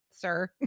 sir